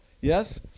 Yes